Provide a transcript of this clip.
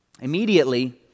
Immediately